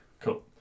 Cool